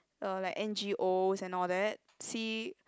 uh like N_G_Os and all that see